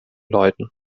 läuten